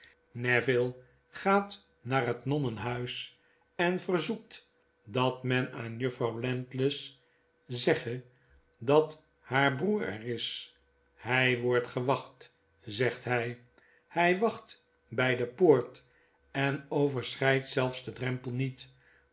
neville gaat naar het nonnenhuis en verzoekt dat men aan juffrouw landless zegge dat haar broeder er is hy wordt gewacht zegt hy hij wacht by de poort en overschrijdt zelfs den drempel niet